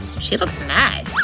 she looks mad.